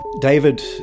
David